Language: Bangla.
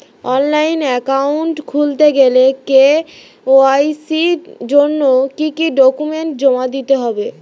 অনলাইন একাউন্ট খুলতে গেলে কে.ওয়াই.সি জন্য কি কি ডকুমেন্ট জমা দিতে হবে?